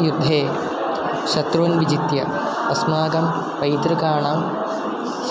युद्धे शत्रून् विजित्य अस्माकं पैत्रृकाणां